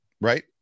right